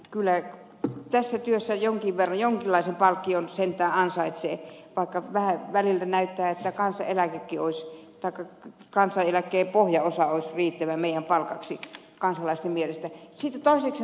kyllä tässä työssä jonkinlaisen palkkion sentään ansaitsee vaikka välillä näyttää että kansalaisten mielestä kansaneläkekin taikka kansaneläkkeen pohjaosa olisi riittävä meidän palkaksemme